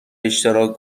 اشتراک